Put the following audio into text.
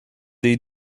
dei